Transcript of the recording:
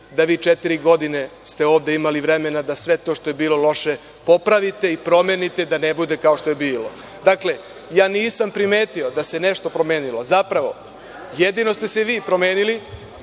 da vi četiri godine ste ovde imali vremena da sve to što je bilo loše popraviti i promenite da ne bude kao što je bilo. Dakle, ja nisam primetio da se nešto promenilo. Zapravo, jedino ste se vi promenili,